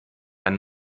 ein